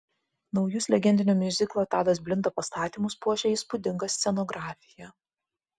naujus legendinio miuziklo tadas blinda pastatymus puošia įspūdinga scenografija